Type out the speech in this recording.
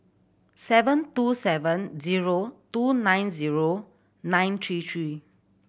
seven two seven zero two nine zero nine three three